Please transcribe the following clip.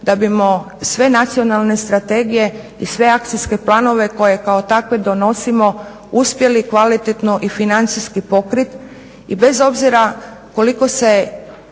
da bismo sve nacionalne strategije i sve akcijske planove koje kao takve donosimo uspjeli kvalitetno i financijski pokriti. I bez obzira koliko se